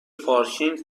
پارکینگ